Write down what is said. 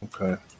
Okay